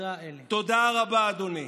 תודה רבה, אדוני.